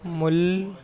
ਮੂਲ